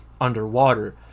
underwater